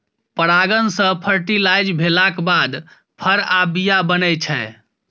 परागण सँ फर्टिलाइज भेलाक बाद फर आ बीया बनै छै